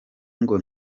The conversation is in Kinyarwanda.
ngo